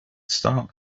start